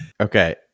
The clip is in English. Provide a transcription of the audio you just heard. Okay